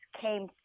came